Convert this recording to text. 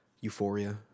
Euphoria